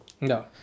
no